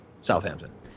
Southampton